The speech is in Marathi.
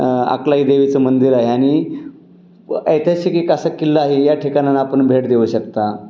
आकलाही देवीचं मंदिर आहे आणि ऐतिहासिक असं किल्ला आहे या ठिकाणा आपण भेट देऊ शकता